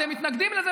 אתם מתנגדים לזה,